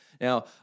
Now